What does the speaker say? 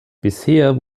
bisher